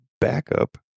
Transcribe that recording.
backup